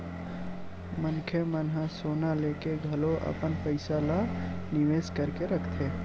मनखे मन ह सोना लेके घलो अपन पइसा ल निवेस करके रखथे